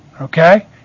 Okay